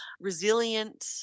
resilient